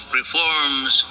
reforms